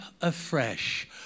afresh